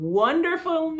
wonderful